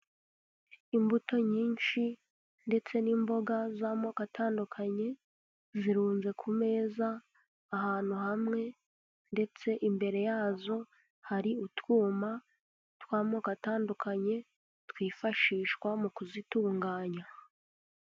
Imbuto nyinshi ndetse n'imboga z'amoko atandukanye zirunze ku meza ahantu hamwe, ndetse imbere yazo hari utwuma tw'amoko atandukanye twifashishwa mu kuzitunganya.